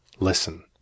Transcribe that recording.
Listen